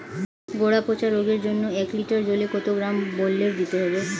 গোড়া পচা রোগের জন্য এক লিটার জলে কত গ্রাম বেল্লের দিতে হবে?